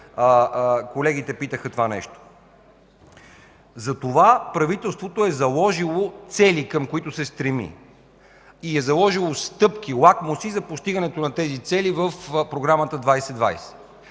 колегите питаха за това нещо. Затова правителството е заложило цели, към които се стреми, заложило е стъпки и лакмуси за постигането на тези цели в Програма 2020.